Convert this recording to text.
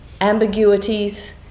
ambiguities